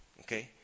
okay